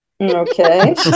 Okay